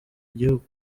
igihugu